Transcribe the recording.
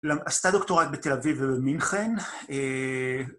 עשתה דוקטורט בתל אביב במינכן.